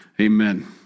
amen